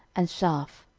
and shaaph.